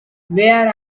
where